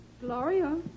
Gloria